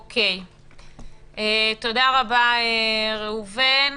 תודה רבה, ראובן.